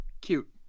cute